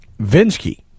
Vinsky